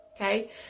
okay